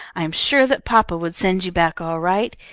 i am sure that papa would send you back all right.